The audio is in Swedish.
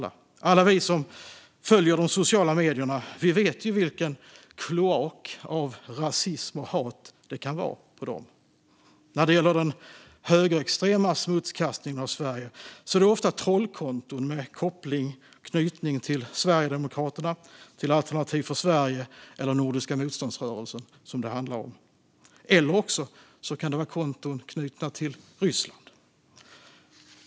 Alla som följer sociala medier vet vilken kloak av rasism och hat de kan vara. När det gäller den högerextrema smutskastningen av Sverige handlar det ofta om trollkonton med koppling till Sverigedemokraterna, Alternativ för Sverige eller Nordiska motståndsrörelsen. Det kan också vara konton knutna till Ryssland.